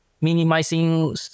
minimizing